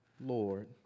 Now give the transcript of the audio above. Lord